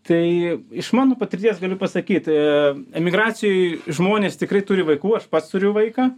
tai iš mano patirties galiu pasakyt emigracijoj žmonės tikrai turi vaikų aš pats turiu vaiką